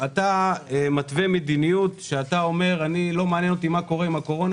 אתה מתווה מדיניות שאתה אומר: לא מעניין אותי מה קורה עם הקורונה.